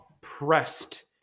Pressed